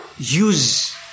Use